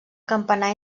campanar